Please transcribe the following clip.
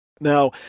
Now